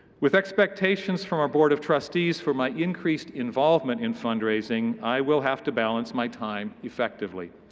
with expectations from our board of trustees for my increased involvement in fundraising, i will have to balance my time effectively.